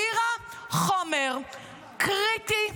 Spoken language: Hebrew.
הדירה חומר קריטי,